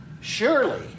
Surely